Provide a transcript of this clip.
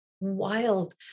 wild